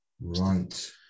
Right